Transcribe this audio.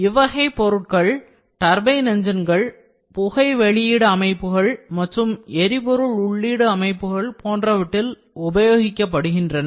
இவ்வகை பொருட்கள் டர்பைன் எஞ்சின்கள் புகை வெளியீடு அமைப்புகள் மற்றும் எரிபொருள் உள்ளீடு அமைப்புகள் போன்றவற்றில் உபயோகிக்கப்படுகின்றன